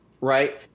right